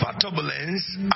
turbulence